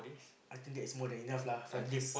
I think that's more than enough lah five days